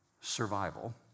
survival